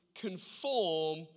conform